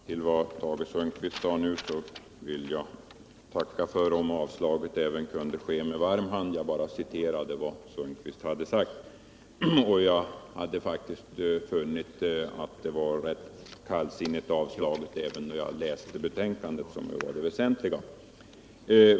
Herr talman! Med anledning av vad Tage Sundkvist sade vill jag tacka för att avstyrkandet även kunde anses ha skett med varm hand. Jag citerade enbart vad Tage Sundkvist hade sagt. Jag hade faktiskt funnit att avstyrkandet var rätt kallsinnigt redan då jag läste betänkandet, som ju är det väsentliga.